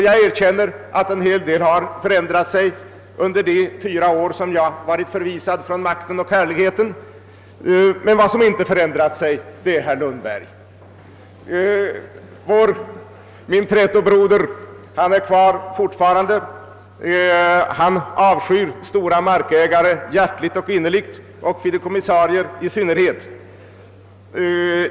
Jag erkänner att en hel del har förändrats under de fyra år då jag varit förvisad från makten och härligheten, men vad som inte har förändrats är herr Lundberg. Min trätobroder avskyr fortfarande hjärtligt och innerligt stora markägare och i synnerhet fideikommissarier.